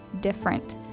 different